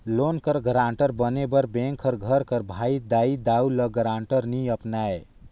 loan कर guarantor बने बर बेंक हर घर कर भाई, दाई, दाऊ, ल गारंटर नी अपनाए